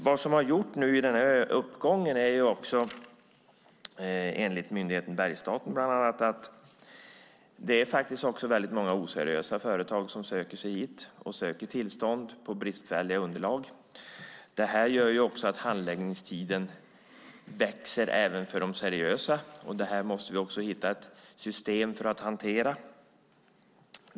Enligt bland andra myndigheten Bergsstaten är det många oseriösa företag som söker sig hit och söker tillstånd på bristfälliga underlag. Det gör att handläggningstiden växer även för seriösa företag. Detta måste vi hitta ett system för att hantera.